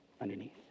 underneath